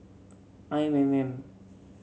I M M